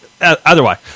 Otherwise